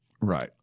Right